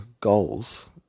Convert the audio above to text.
goals